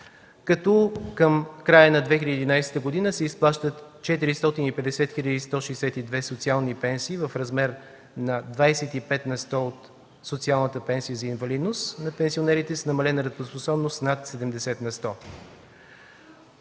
като към края на 2011 г. се изплащат 450 162 социални пенсии в размер на 25 на сто от социалната пенсия за инвалидност на пенсионерите с намалена работоспособност над 70 на сто.